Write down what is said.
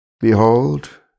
Behold